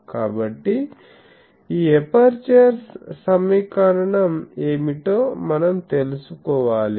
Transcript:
కాబట్టి ఈ ఎపర్చర్స్ సమీకరణం ఏమిటో మనం తెలుసుకోవాలి